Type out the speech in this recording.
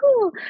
cool